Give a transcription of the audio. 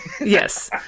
Yes